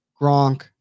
Gronk